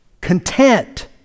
content